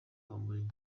habumuremyi